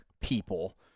people